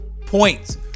points